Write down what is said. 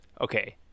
okay